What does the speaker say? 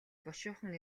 бушуухан